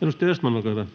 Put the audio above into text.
[Ben Zyskowicz: